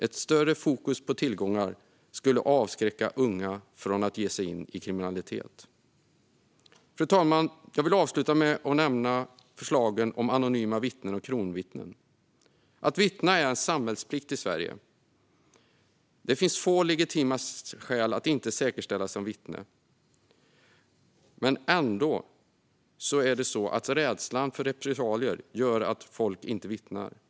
Ett större fokus på tillgångar skulle avskräcka unga från att ge sig in i kriminalitet. Fru talman! Jag vill avsluta med att nämna förslagen om anonyma vittnen och kronvittnen. Att vittna är en samhällsplikt i Sverige. Det finns få legitima skäl att inte inställa sig som vittne. Ändå gör rädslan för repressalier att folk inte vittnar.